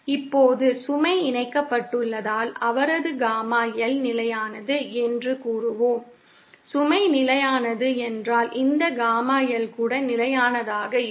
இப்போது சுமை இணைக்கப்பட்டுள்ளதால் அவரது காமா L நிலையானது என்று கூறுவோம் சுமை நிலையானது என்றால் இந்த காமா L கூட நிலையானதாக இருக்கும்